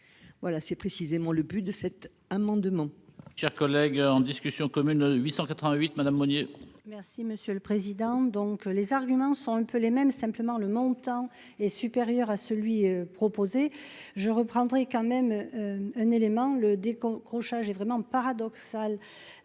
voilà, c'est précisément le but de cet amendement. Chers collègues en discussion commune 888 madame Monnier. Merci monsieur le président, donc, les arguments sont un peu les mêmes simplement le montant est supérieur à celui proposé je reprendrai quand même un élément le des cons accrochage est vraiment paradoxal